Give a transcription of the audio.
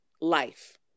life